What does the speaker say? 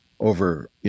over